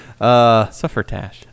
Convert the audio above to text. Suffertash